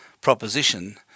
proposition